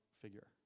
figure